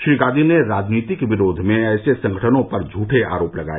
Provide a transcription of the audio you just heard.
श्री गांधी ने राजनीतिक विरोध में ऐसे संगठनों पर झूठे आरोप लगाए